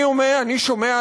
אני שומע,